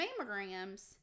mammograms